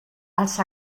els